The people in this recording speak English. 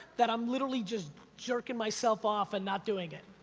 that i'm literally just jerking myself off and not doing it.